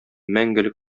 мәңгелек